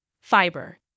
Fiber